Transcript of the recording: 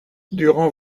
durant